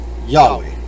Yahweh